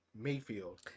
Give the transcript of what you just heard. Mayfield